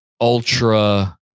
ultra